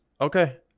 okay